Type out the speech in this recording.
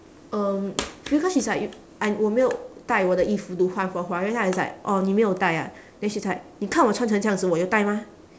um because she's like y~ I 我没有带我的衣服 to 换 for 华苑 then I is like orh 你没有带啊 then she's like 你看我穿成这样子我有带吗